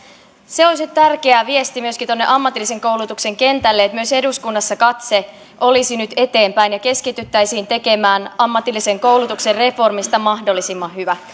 se on se tärkeä viesti myöskin tuonne ammatillisen koulutuksen kentälle että myös eduskunnassa katse olisi nyt eteenpäin ja keskityttäisiin tekemään ammatillisen koulutuksen reformista mahdollisimman hyvä